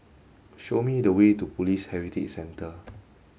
show me the way to Police Heritage Centre